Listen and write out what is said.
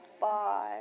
Bye